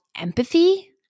empathy